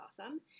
awesome